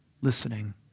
listening